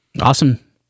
Awesome